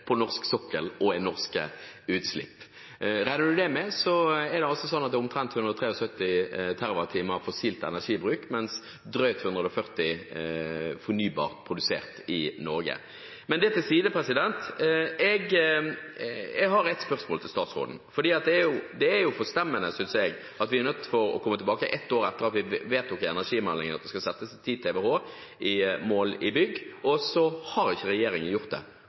på norsk sokkel og er norske utslipp. Regner man dette med, er det omtrent 173 TWh fossil energibruk, mens det er drøyt 140 TWh fornybart produsert i Norge. – Men la oss legge det til side. Jeg har et spørsmål til statsråden. Det er forstemmende, synes jeg, at vi er nødt til å komme tilbake ett år etter at vi vedtok i energimeldingen at det skal settes et 10 TWh-mål i bygg, og så har ikke regjeringen gjort det.